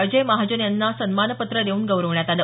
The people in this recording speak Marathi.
अजय महाजन यांना सन्मानपत्र देऊन गौरवण्यात आलं